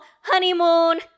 honeymoon